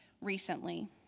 recently